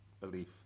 belief